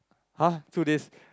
!huh! two days